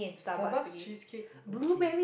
Starbucks cheesecake okay